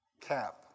cap